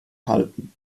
halten